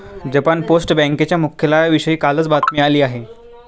Japan post बँकेच्या मुख्यालयाविषयी कालच बातमी आली आहे